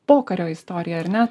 pokario istorija ar ne